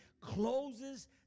closes